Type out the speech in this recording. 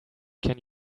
can